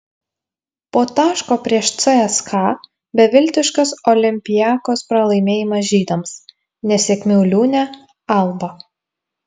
po taško prieš cska beviltiškas olympiakos pralaimėjimas žydams nesėkmių liūne alba